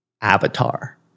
avatar